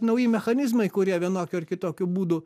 nauji mechanizmai kurie vienokiu ar kitokiu būdu